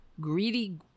greedy